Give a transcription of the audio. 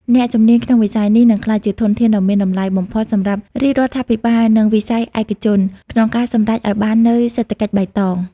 អ្នកជំនាញក្នុងវិស័យនេះនឹងក្លាយជាធនធានដ៏មានតម្លៃបំផុតសម្រាប់រាជរដ្ឋាភិបាល និងវិស័យឯកជន ក្នុងការសម្រេចឱ្យបាននូវសេដ្ឋកិច្ចបៃតង។